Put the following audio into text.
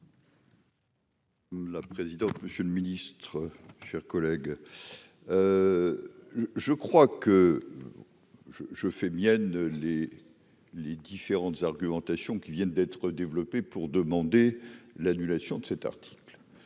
La présidente, monsieur le ministre, chers collègues, je crois que je je fais miennes les, les différentes argumentation qui viennent d'être développés pour demander l'annulation de cet article,